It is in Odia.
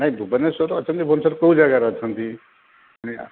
ନାହିଁ ଭୁବେନେଶ୍ୱରରେ ଅଛନ୍ତି ଭୁବେନେଶ୍ୱର କେଉଁ ଜାଗାରେ ଅଛନ୍ତି